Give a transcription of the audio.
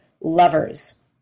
lovers